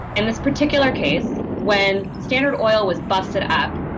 in this particular case when standard oil was busted up,